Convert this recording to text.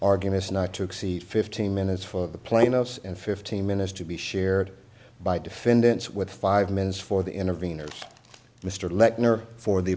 arguments not to exceed fifteen minutes for the plaintiffs and fifteen minutes to be shared by defendants with five minutes for the intervenors mr lechner for the